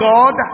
God